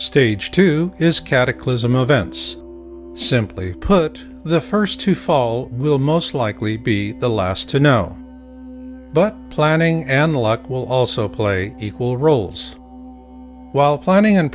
cataclysm events simply put the first to fall will most likely be the last to know but planning and luck will also play equal roles while planning and